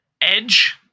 Edge